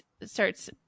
starts